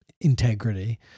integrity